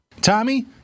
Tommy